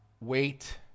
wait